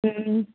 ம் ம்